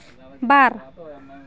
ᱵᱟᱨ